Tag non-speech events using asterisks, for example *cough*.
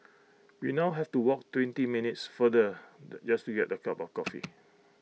we now have to walk twenty minutes farther *hesitation* just to get A cup of coffee